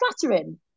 flattering